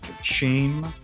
shame